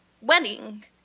wedding